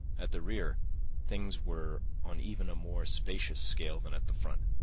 at the rear things were on even a more spacious scale than at the front.